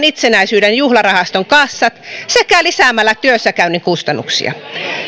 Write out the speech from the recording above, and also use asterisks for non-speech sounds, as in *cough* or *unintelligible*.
*unintelligible* itsenäisyyden juhlarahaston kassat sekä lisäämällä työssäkäynnin kustannuksia